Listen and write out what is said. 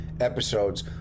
episodes